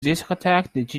discotheque